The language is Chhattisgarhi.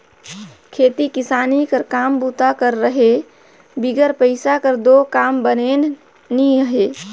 खेती किसानी कर काम बूता कर रहें बिगर पइसा कर दो काम बननेच नी हे